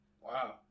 Wow